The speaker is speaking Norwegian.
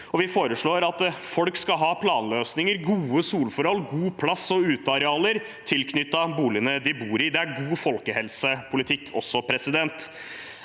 vi foreslår at folk skal ha skikkelige planløsninger, gode solforhold, god plass og utearealer tilknyttet boligene de bor i. Det er også god folkehelsepolitikk. Er det